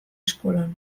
eskolan